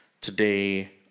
today